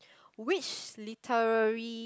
which literary